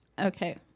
Okay